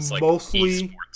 mostly